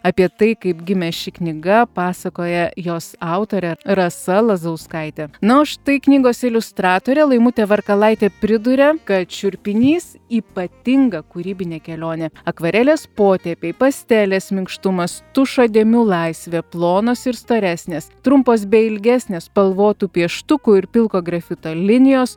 apie tai kaip gimė ši knyga pasakoja jos autorė rasa lazauskaitė na o štai knygos iliustratorė laimutė varkalaitė priduria kad šiurpinys ypatinga kūrybinė kelionė akvarelės potėpiai pastelės minkštumas tušo dėmių laisvė plonos ir storesnės trumpos bei ilgesnės spalvotų pieštukų ir pilko grafito linijos